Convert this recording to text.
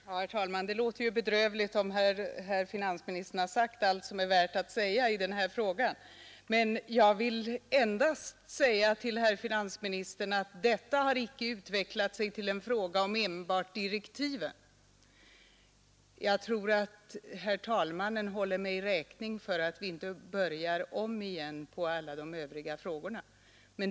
Herr talman! Det är bedrövligt om finansministern har sagt allt som han anser är värt att säga i den här frågan. Då förstår jag, att frågan är försummad Detta har, herr finansministern, icke utvecklat sig till en fråga om enbart direktiven, men jag tror att herr talmannen håller mig räkning för att jag inte börjar om från början med alla de övriga frågorna.